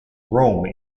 rome